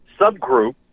subgroup